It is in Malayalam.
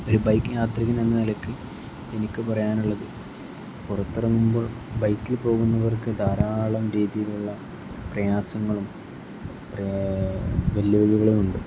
ഒരു ബൈക്ക് യാത്രികനെന്ന നിലക്ക് എനിക്ക് പറയാനുള്ളത് പുറത്തിറങ്ങുമ്പോൾ ബൈക്കിൽ പോകുന്നവർക്ക് ധാരാളം രീതിയിലുള്ള പ്രയാസങ്ങളും വെല്ലുവിളികളുമുണ്ട്